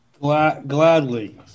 Gladly